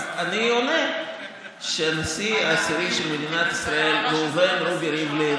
אז אני עונה שהנשיא העשירי של מדינת ישראל ראובן רובי ריבלין,